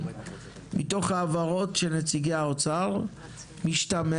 מתוך ההבהרות של נציגי האוצר משתמע